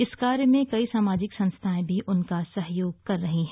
इस कार्य में कई सामाजिक संस्थाएं भी उनका सहयोग कर रही है